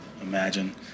imagine